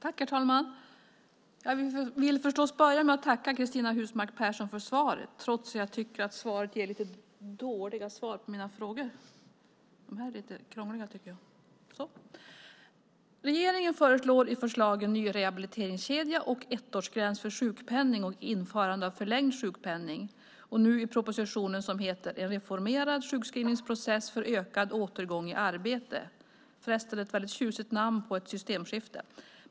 Herr talman! Jag vill förstås börja med att tacka Cristina Husmark Pehrsson för svaret trots att jag tycker att jag får lite dåliga svar på mina frågor. Regeringen har lagt fram förslag i skrivelserna Ny rehabiliteringskedja och Ettårsgräns för sjukpenning och införande av förlängd sjukpenning , och nu kommer propositionen, som heter En reformerad sjukskrivningsprocess för ökad återgång i arbete . Det är förresten ett väldigt tjusigt namn på ett systemskifte.